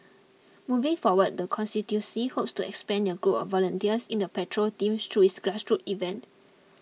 moving forward the constituency hopes to expand their group of volunteers in the patrol team through its grassroots events